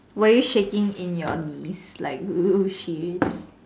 were you shaking in your knees like she is